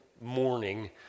morning